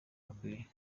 bakwiye